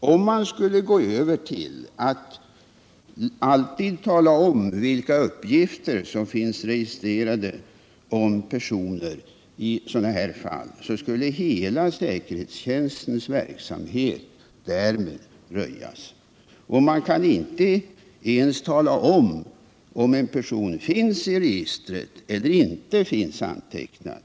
Skulle man börja tillämpa den ordningen att alltid tala om vilka uppgifter som finns registrerade om personer i sådana här fall, skulle hela säkerhetstjänstens verksamhet därmed röjas. Man kan inte ens tala om huruvida en person finns i registret eller inte finns antecknad.